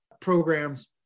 programs